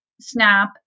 SNAP